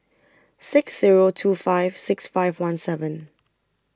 six Zero two five six five one seven